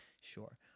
sure